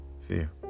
fear